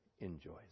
enjoys